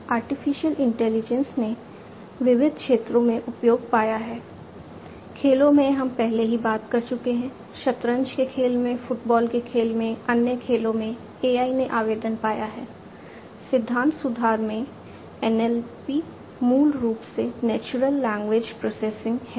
artificial intelligence है